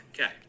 Okay